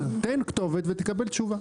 תן כתובת ותקבל תשובה.